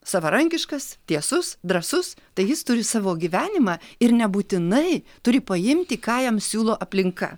savarankiškas tiesus drąsus tai jis turi savo gyvenimą ir nebūtinai turi paimti ką jam siūlo aplinka